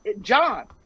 John